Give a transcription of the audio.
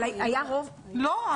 אבל היה רוב --- לא.